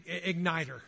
igniter